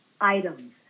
items